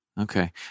Okay